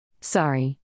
Sorry